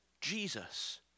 Jesus